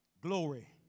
Glory